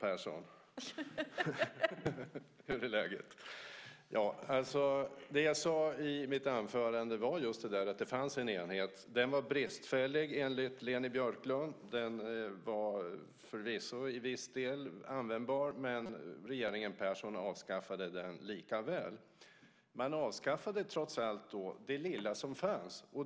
Fru talman! Det jag sade i mitt anförande var just att det fanns en enhet. Den var bristfällig, enligt Leni Björklund. Den var förvisso i viss del användbar, men regeringen Persson avskaffade den likaväl. Man avskaffade trots allt då det lilla som fanns.